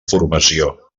formació